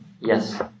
Yes